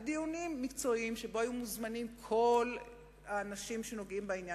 בדיונים מקצועיים שהיו מוזמנים אליהם כל האנשים שנוגעים בדבר,